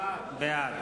בעד